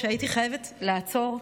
שהייתי חייבת לעצור.